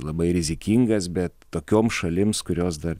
labai rizikingas bet tokiom šalims kurios dar